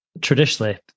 traditionally